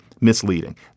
misleading